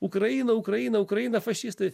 ukraina ukraina ukraina fašistai